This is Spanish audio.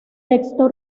texto